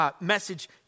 message